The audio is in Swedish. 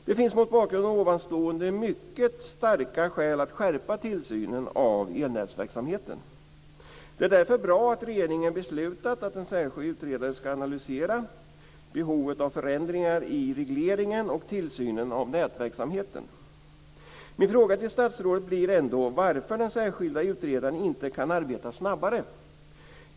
Det finns mot bakgrund av ovanstående mycket starka skäl att skärpa tillsynen av elnätsverksamheten. Det är därför bra att regeringen beslutat att en särskild utredare ska analysera behovet av förändringar i regleringen och tillsynen av nätverksamheten. Min fråga till statsrådet blir ändå varför den särskilda utredaren inte kan arbeta snabbare.